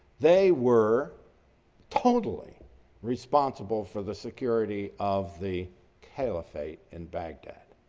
they were totally responsible for the security of the caliphate and baghdad.